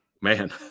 man